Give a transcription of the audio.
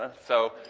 and so,